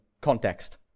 context